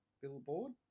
Billboard